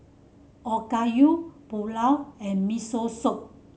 Okayu Pulao and Miso Soup